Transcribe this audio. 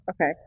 okay